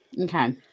Okay